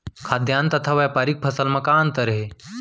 खाद्यान्न तथा व्यापारिक फसल मा का अंतर हे?